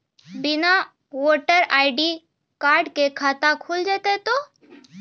बिना voter ID card के खाता खुल जैते तो?